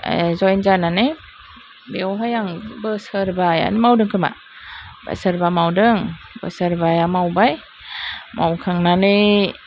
जइन जानानै बेयावहाय आं बोसोरबा आनो मावदों खोमा बोसोरबा मावदों बोसोरबा मावबाय मावखांनानै